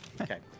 Okay